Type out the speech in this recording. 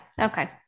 Okay